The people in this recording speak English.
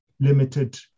limited